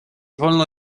wolno